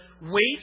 Wait